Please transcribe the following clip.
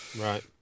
Right